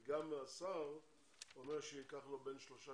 כי גם השר אומר שייקח לו בין שלושה